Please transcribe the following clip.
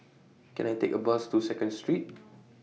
Can I Take A Bus to Second Street